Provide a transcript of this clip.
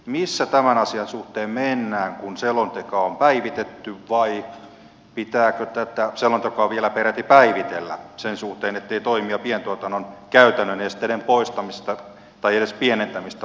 missä tämän asian suhteen mennään kun selontekoa on päivitetty vai pitääkö tätä selontekoa vielä peräti päivitellä sen suhteen ettei toimia pientuotannon käytännön esteiden poistamisesta tai edes pienentämisestä ole vielä aloitettu